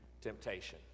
temptation